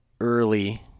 early